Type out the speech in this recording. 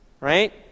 Right